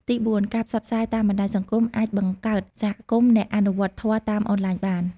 ទីបួន ការផ្សព្វផ្សាយតាមបណ្ដាញសង្គមអាចបង្កើតសហគមន៍អ្នកអនុវត្តធម៌តាមអនឡាញបាន។